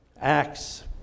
Acts